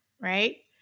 right